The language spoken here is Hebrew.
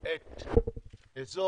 תתחילו אתם ממש במספר מילים ונעבור לשמוע.